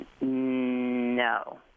No